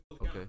Okay